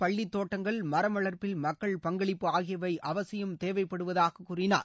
பள்ளித் தோட்டங்கள் மரம் வளர்ப்பில் மக்கள் பங்களிப்பு ஆகியவை அவசியம் தேவைப்படுவதாக கூறினார்